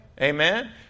Amen